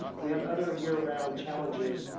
we have other year-round challenges